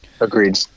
Agreed